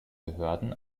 behörden